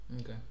Okay